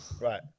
right